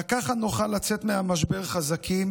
רק ככה נוכל לצאת מהמשבר חזקים